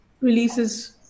releases